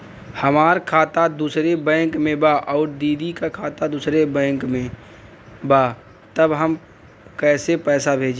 हमार खाता दूसरे बैंक में बा अउर दीदी का खाता दूसरे बैंक में बा तब हम कैसे पैसा भेजी?